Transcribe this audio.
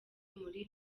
muri